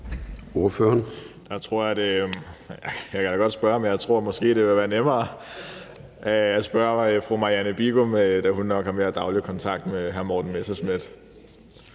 Jeg kan da godt spørge, men jeg tror måske, det vil være nemmere at spørge fru Marianne Bigum, da hun nok har mere daglig kontakt med hr. Morten Messerschmidt.